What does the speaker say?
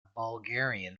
bulgarian